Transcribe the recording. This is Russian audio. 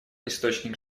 источник